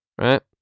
Right